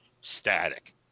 static